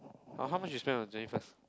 !wah! how much you spent on your twenty first